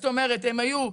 זאת אומרת, הם היו במכללות,